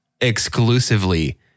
exclusively